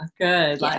Good